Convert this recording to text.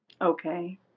Okay